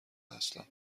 هستم